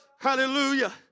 hallelujah